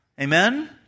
Amen